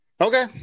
Okay